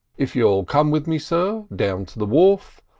if you'll come with me, sir, down to the wharf,